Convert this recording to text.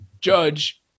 Judge